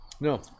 No